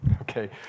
okay